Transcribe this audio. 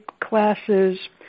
classes